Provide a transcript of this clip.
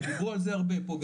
ודיברו על זה פה,